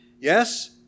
Yes